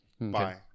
bye